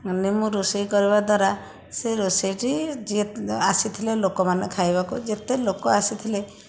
ମାନେ ମୁଁ ରୋଷେଇ କରିବା ଦ୍ୱାରା ସେ ରୋଷେଇଟି ଯିଏ ଆସିଥିଲେ ଲୋକମାନେ ଖାଇବାକୁ ଯେତେ ଲୋକ ଆସିଥିଲେ